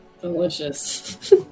delicious